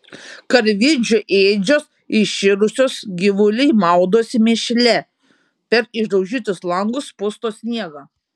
karvidžių ėdžios iširusios gyvuliai maudosi mėšle per išdaužytus langus pusto sniegą